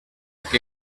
que